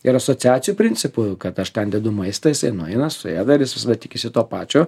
ir asociacijų principu kad aš ten dedu maistą ir jisai nueina suėda ir jis visada tikisi to pačio